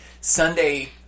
Sunday